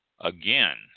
again